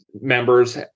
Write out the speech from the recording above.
members